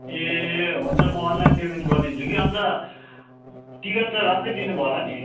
ए हुन्छ म online payment गरिदिन्छु कि अनि त टिकट त राम्रै दिनुभयो होला नि